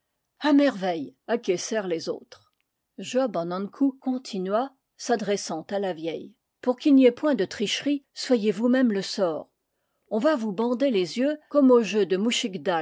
merveille acquiescèrent les autres job an ankou continua s'adressant à la vieille pour qu'il n'y ait point de tricherie soyez vous-même le sort on va vous bander les yeux comme au jeu de